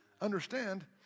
understand